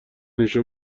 ایشون